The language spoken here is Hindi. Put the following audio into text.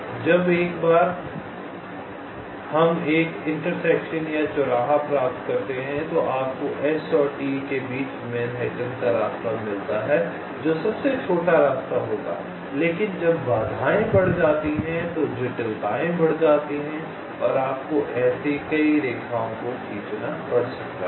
और एक बार जब हम एक चौराहा प्राप्त करते हैं तो आपको S और T के बीच मैनहट्टन का रास्ता मिलता है जो सबसे छोटा रास्ता होगा लेकिन जब बाधाएं बढ़ जाती हैं तो जटिलताएं बढ़ जाती हैं और आपको कई ऐसे रेखाओं को खींचना पड़ सकता है